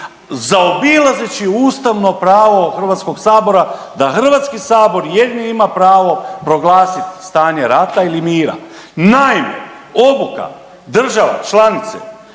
zaobilazeći ustavno pravo HS-a da HS jedini ima pravo proglasiti stanje rata ili mira. Naime, obuka država članice